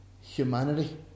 humanity